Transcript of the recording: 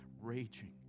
raging